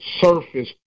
surface